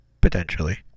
Potentially